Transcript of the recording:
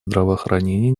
здравоохранения